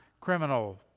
criminal